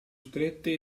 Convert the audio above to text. strette